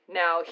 now